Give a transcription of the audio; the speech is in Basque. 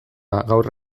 gaur